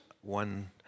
one